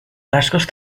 rasgos